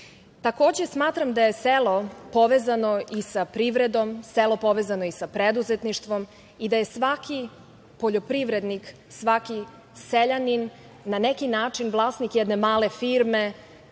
smatram da je selo povezano i sa privredom, selo povezano i sa preduzetništvom i da je svaki poljoprivrednik, svaki seljanin na neki način vlasnik jedne male firme